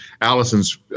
Allison's